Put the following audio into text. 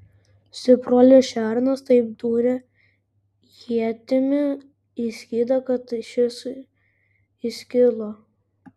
stipruolis šernas taip dūrė ietimi į skydą kad šis įskilo